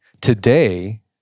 today